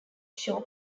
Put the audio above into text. show